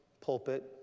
pulpit